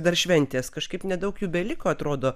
dar šventės kažkaip nedaug jų beliko atrodo